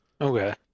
Okay